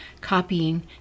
copying